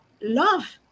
Love